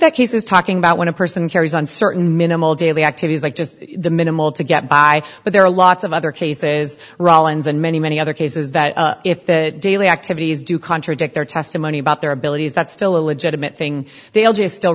is talking about when a person carries on certain minimal daily activities like just the minimal to get by but there are lots of other cases rollins and many many other cases that if that daily activities do contradict their testimony about their abilities that's still a legitimate thing they'll just still